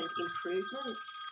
improvements